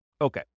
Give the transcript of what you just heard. Okay